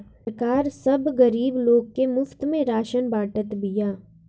सरकार सब गरीब लोग के मुफ्त में राशन बांटत बिया